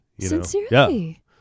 Sincerely